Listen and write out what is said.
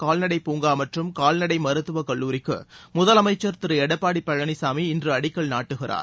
கால்நடை பூங்கா மற்றும் கால்நடை மருத்துவக் கல்லூரிக்கு முதலமைச்சர் திரு எடப்பாடி பழனிசாமி இன்று அடிக்கல் நாட்டுகிறார்